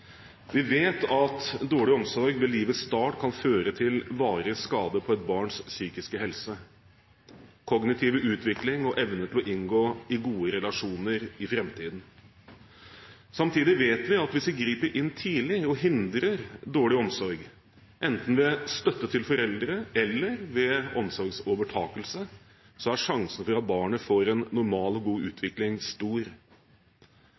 Vi vet at dårlig omsorg ved livets start kan føre til varige skader på et barns psykiske helse, kognitive utvikling og evne til å inngå i gode relasjoner i framtiden. Samtidig vet vi at hvis vi griper inn tidlig og hindrer dårlig omsorg, enten ved støtte til foreldre eller ved omsorgsovertakelse, er sjansen for at barnet får en normal og god